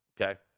okay